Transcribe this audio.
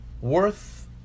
worth